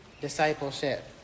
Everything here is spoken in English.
discipleship